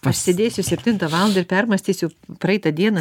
pasėdėsiu septintą valandą ir permąstysiu praeitą dieną